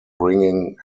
bringing